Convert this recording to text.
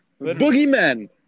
Boogeyman